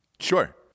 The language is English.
Sure